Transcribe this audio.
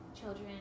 children